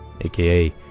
aka